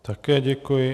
Také děkuji.